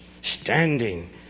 standing